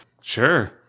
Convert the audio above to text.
Sure